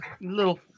little